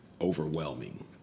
overwhelming